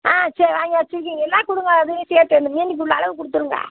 ஆ சரி வாங்கி வச்சுருக்கீங்கள்ல கொடுங்க அதையும் சேர்த்து அந்த மீனுக்கு உள்ள அளவை கொடுத்துருங்க